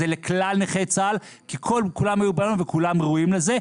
זה יהיה לכלל נכי צה"ל כי כולם היו בניי וכולם ראויים לזה.